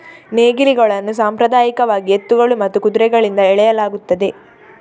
ನೇಗಿಲುಗಳನ್ನು ಸಾಂಪ್ರದಾಯಿಕವಾಗಿ ಎತ್ತುಗಳು ಮತ್ತು ಕುದುರೆಗಳಿಂದ ಎಳೆಯಲಾಗುತ್ತದೆ